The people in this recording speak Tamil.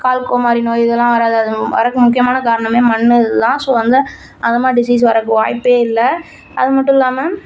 கால் கோமாரி நோய் இதெல்லாம் வராது அது வர்றதுக்கு முக்கியமான காரணமே மண் இதுதான் ஸோ வந்து அது மாதிரி டிசீஸ் வர்றதுக்கு வாய்ப்பே இல்லை அது மட்டும் இல்லாமல்